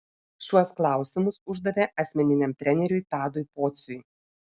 šiuos klausimus uždavė asmeniniam treneriui tadui pociui